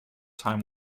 time